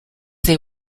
they